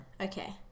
Okay